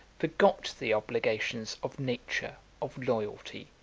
forgot the obligations of nature, of loyalty,